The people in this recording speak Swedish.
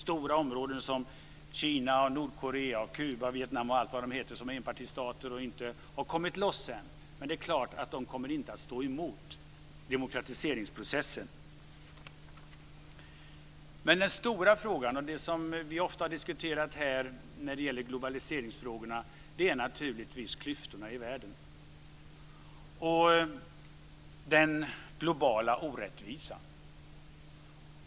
Stora områden som Kina, Nordkorea, Kuba, Vietnam och andra enpartistater har inte kommit loss än, men de kommer självfallet inte att stå emot demokratiseringsprocessen. Den stora frågan, som vi ofta har diskuterat här när det gäller globaliseringen, är naturligtvis klyftorna i världen och den globala orättvisan.